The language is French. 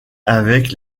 avec